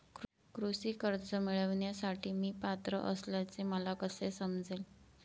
कृषी कर्ज मिळविण्यासाठी मी पात्र असल्याचे मला कसे समजेल?